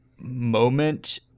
moment